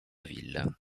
ville